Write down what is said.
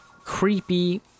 Creepy